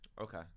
Okay